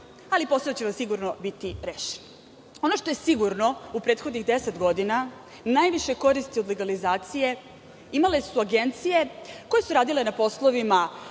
ali posao će vam sigurno biti rešen. Ono što je sigurno, u prethodnih 10 godina najviše koristi od legalizacije imale su agencije koje su radile na poslovima